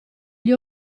gli